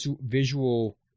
visual